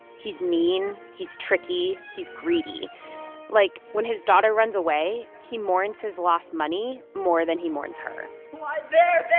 he's mean. he's tricky. he's greedy like when his daughter runs away, he mourns his lost money more than he mourns her why, there,